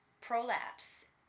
prolapse